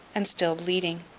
and still bleeding.